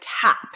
tap